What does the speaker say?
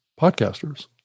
podcasters